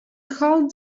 called